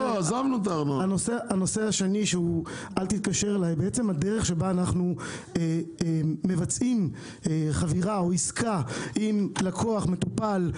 הדרך שבה אנחנו מבצעים חבירה או עסקה עם לקוח מטופל,